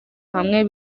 hamwe